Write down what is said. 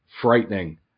frightening